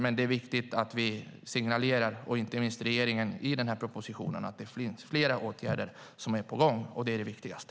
Men det är viktigt att vi signalerar, och inte minst regeringen i denna proposition, att det finns fler åtgärder som är på gång, och det är det viktigaste.